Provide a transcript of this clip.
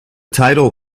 title